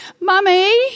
mummy